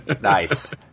Nice